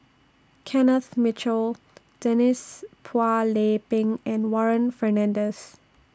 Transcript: Kenneth Mitchell Denise Phua Lay Peng and Warren Fernandez